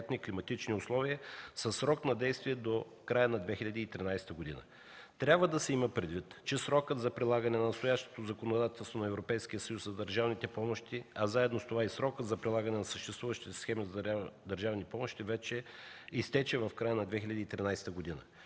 климатични условия със срок на действие до края на 2013 г. Трябва да се има предвид, че срокът за прилагане на настоящото законодателство на Европейския съюз за държавните помощи, а заедно с това и срокът за прилагане на съществуващи схеми за получаване на държавни помощи вече изтече в края на 2013 г.